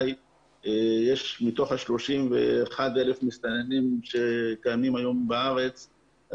מתוך ה-31,000 מסתננים שקיימים היום בארץ,